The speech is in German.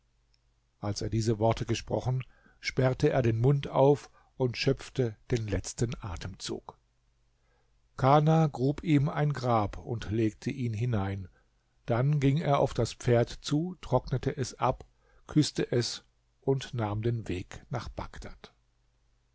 als er diese worte gesprochen sperrte er den mund auf und schöpfte den letzten atemzug kana grub ihm ein grab und legte ihn hinein dann ging er auf das pferd zu trocknete es ab küßte es und nahm den weg nach bagdad